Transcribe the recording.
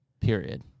Period